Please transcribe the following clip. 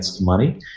Money